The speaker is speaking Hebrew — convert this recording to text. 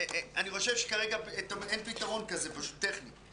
אני חושב שכרגע אין פשוט פתרון טכני כזה,